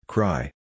Cry